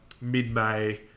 mid-May